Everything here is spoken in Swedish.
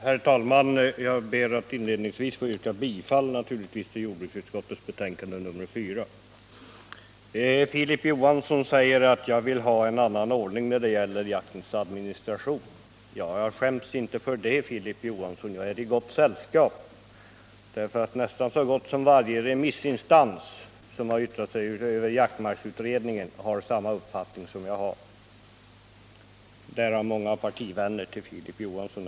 Herr talman! Jag ber först att få yrka bifall till jordbruksutskottets hemställan. Filip Johansson sade att jag vill ha en annan ordning när det gäller jaktens administration. Jag skäms inte för det, Filip Johansson. Jag är i gott sällskap, för så gott som varje remissinstans som har yttrat sig över jaktmarksutredningen har samma uppfattning som jag. Bland dem finns också många partivänner till Filip Johansson.